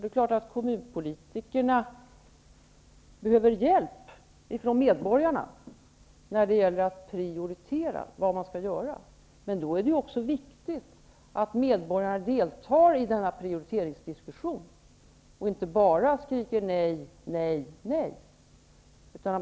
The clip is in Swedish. Det är klart att kommunpolitikerna behöver hjälp från medborgarna när det gäller att prioritera vad man skall göra, men då är det också viktigt att medborgarna deltar i denna prioriteringsdiskussion och inte bara skriker nej.